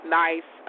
nice